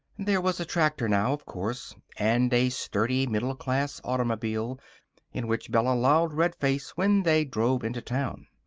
there was a tractor, now, of course and a sturdy, middle-class automobile in which bella lolled red-faced when they drove into town.